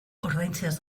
ordaintzeaz